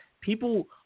people